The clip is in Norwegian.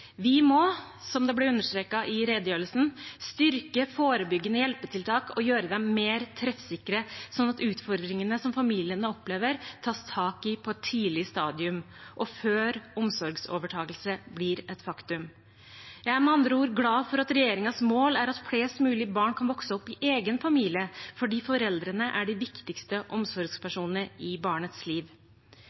Vi må, som det ble understreket i redegjørelsen, styrke forebyggende hjelpetiltak og gjøre dem mer treffsikre, slik at utfordringene som familiene opplever, tas tak i på et tidlig stadium og før omsorgsovertakelse blir et faktum. Jeg er med andre ord glad for at regjeringens mål er at flest mulig barn kan vokse opp i egen familie, fordi foreldrene er de viktigste omsorgspersonene i barnets liv.